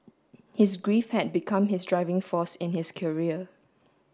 his grief had become his driving force in his career